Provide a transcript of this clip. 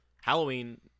Halloween